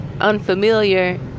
unfamiliar